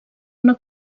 una